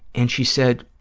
and she said,